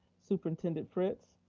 superintendent fritz.